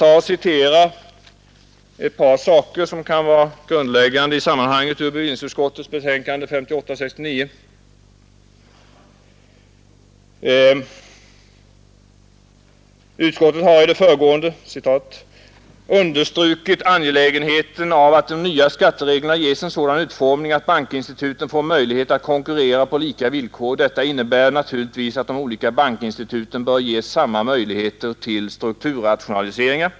Jag skall citera ett par rader ur bevillningsutskottets betänkande nr 58 år 1969, som är grundläggande i sammanhanget: ”Utskottet har i det föregående understrukit angelägenheten av att de nya skattereglerna ges en sådan utformning att bankinstituten får möjlighet att konkurrera på lika villkor. Detta innebär naturligtvis att de olika bankinstituten bör ges samma möjligheter till strukturrationaliseringar.